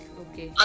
okay